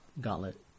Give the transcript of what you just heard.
Gauntlet